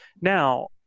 Now